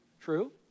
True